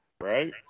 right